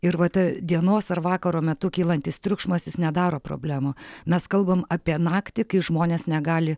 ir va ta dienos ar vakaro metu kylantis triukšmas jis nedaro problemų mes kalbam apie naktį kai žmonės negali